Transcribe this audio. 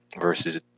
versus